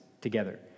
together